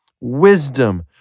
wisdom